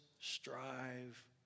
strive